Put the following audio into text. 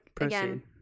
again